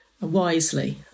wisely